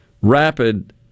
rapid